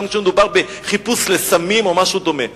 כשמדובר בחיפוש סמים או משהו דומה.